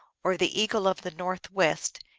or the eagle of the northwest,